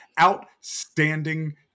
outstanding